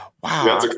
wow